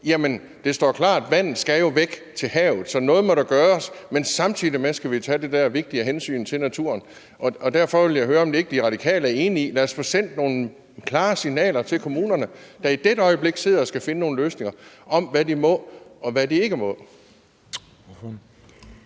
Jamen det står klart, at vandet jo skal væk og ud til havet, så noget må der gøres, men samtidig med skal vi tage det der vigtigere hensyn til naturen. Derfor vil jeg høre, om ikke De Radikale er enige i, at vi skal få sendt nogle klare signaler til kommunerne, der i dette øjeblik sidder og skal finde nogle løsninger, om, hvad de må, og hvad de ikke må.